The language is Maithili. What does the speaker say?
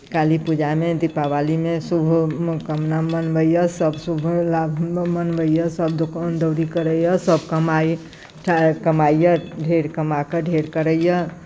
काली पूजामे दीपावलीमे शुभकामना मनबैए सभ शुभ लाभ मनबैए सभ दोकानदौरी करैए सभ कमाइए पाइ कमाइए ढेर कमा कऽ ढेर करैए